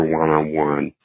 one-on-one